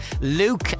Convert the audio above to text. Luke